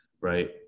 right